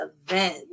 event